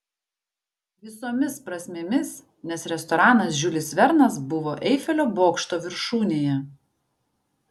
visomis prasmėmis nes restoranas žiulis vernas buvo eifelio bokšto viršūnėje